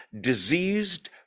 diseased